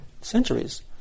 centuries